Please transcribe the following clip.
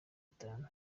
itatu